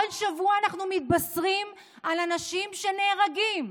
וכל שבוע אנחנו מתבשרים על אנשים שנהרגים.